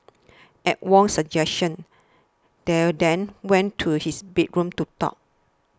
at Wong's suggestion they then went to his bedroom to talk